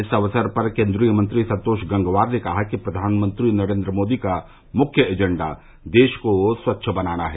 इस अवसर पर केन्द्रीय मंत्री संतोष गंगवार ने कहा कि प्रधानमंत्री नरेन्द्र मोदी का मुख्य एजेंडा देश को स्वच्छ बनाना है